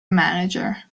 manager